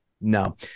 No